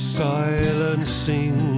silencing